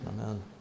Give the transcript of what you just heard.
Amen